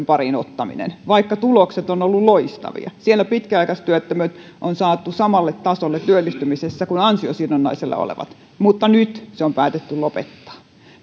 pariin vaikka tulokset ovat olleet loistavia siellä pitkäaikaistyöttömät on saatu samalle tasolle työllistymisessä kuin ansiosidonnaisella olevat mutta nyt se on päätetty lopettaa